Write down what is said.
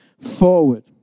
forward